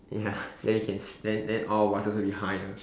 ya then you can then all whatever behind ah